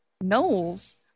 Knowles